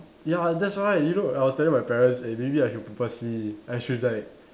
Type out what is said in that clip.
ya that's why you know I was telling my parent eh maybe I should purposely I should like